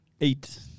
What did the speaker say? Eight